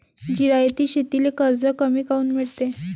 जिरायती शेतीले कर्ज कमी काऊन मिळते?